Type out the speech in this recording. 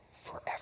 forever